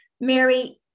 Mary